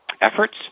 efforts